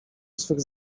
swych